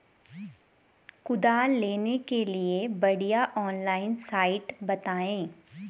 कुदाल लेने के लिए बढ़िया ऑनलाइन साइट बतायें?